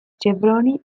chevroni